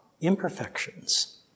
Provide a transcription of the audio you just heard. imperfections